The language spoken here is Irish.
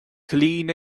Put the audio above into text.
cailín